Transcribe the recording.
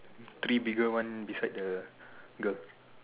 three bigger one beside the girl